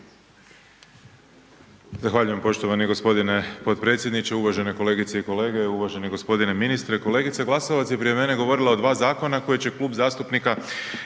Zahvaljujem poštovani g. potpredsjedniče, uvažene kol2egice i kolege, uvaženi g. ministre. Kolegica Glasovac je prije mene govorila o dva zakona koji će Klub zastupnika